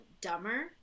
dumber